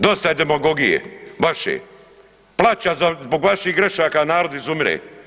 Dosta je demagogije vaše, plača, zbog vaših grešaka narod izumire.